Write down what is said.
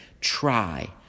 try